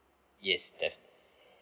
yes def~